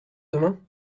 demain